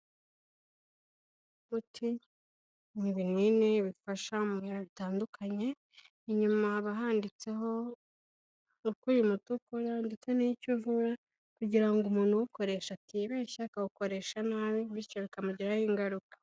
Umuti ni ibinini bifasha mu bihe bitandukanye, inyuma haba handitseho uko uyu muti ukora ndetse n'icyo uvura kugira ngo umuntu uwukoresha atibeshya akawukoresha nabi, bityo bikamugiraho ingaruka.